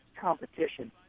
competition